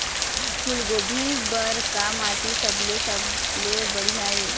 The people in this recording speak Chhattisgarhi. फूलगोभी बर का माटी सबले सबले बढ़िया ये?